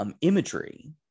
imagery